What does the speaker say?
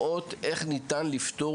גם עלויות ואולי התקצוב הוא בחוסר,